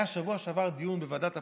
היה בשבוע שעבר דיון בוועדת הפנים.